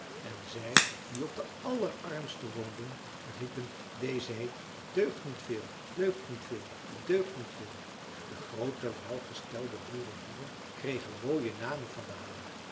en zij die op de allerarmste woonden riepen deze heet deugt niet veel deugt niet veel deugt niet veel de groote welgestelde boerenhoeven kregen mooie namen van de hanen